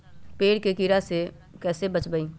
पेड़ के कीड़ा से कैसे बचबई?